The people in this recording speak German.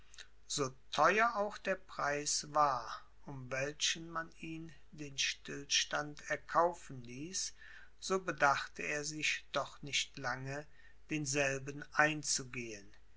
so theuer auch der preis war um welchen man ihn den stillstand erkaufen ließ so bedachte er sich doch nicht lange denselben einzugehen